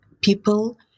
people